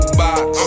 box